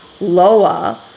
lower